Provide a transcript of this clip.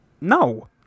No